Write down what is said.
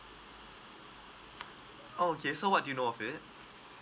okay so what do you know of it